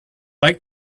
like